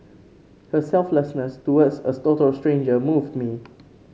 her selflessness towards as total stranger moved me